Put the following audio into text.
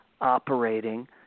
operating